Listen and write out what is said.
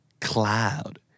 Cloud